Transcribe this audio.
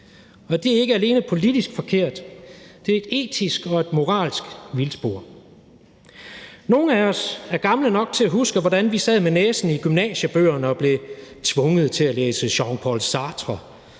og det er ikke alene politisk forkert, men det er et etisk og et moralsk vildspor. Nogle af os er gamle nok til at huske, hvordan vi sad med næsen i gymnasiebøgerne og blev tvunget til at læse Jean-Paul Sartre,